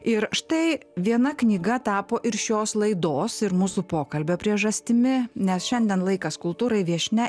ir štai viena knyga tapo ir šios laidos ir mūsų pokalbio priežastimi nes šiandien laikas kultūrai viešnia